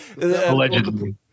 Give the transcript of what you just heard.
Allegedly